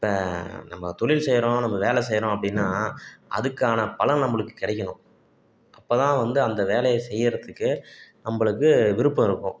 இப்போ நம்ம தொழில் செய்கிறோம் நம்ம வேலை செய்கிறோம் அப்படின்னா அதுக்கான பலன் நம்மளுக்கு கிடைக்கணும் அப்போதான் வந்து அந்த வேலையை செய்கிறத்துக்கு நம்மளுக்கு விருப்பம் இருக்கும்